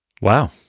Wow